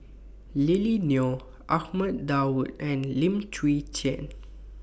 Lily Neo Ahmad Daud and Lim Chwee Chian